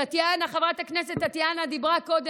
טטיאנה, חברת הכנסת מזרסקי,